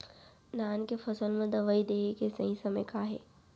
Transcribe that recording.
धान के फसल मा दवई देहे के सही समय का हे?